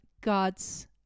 god's